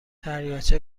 دریاچه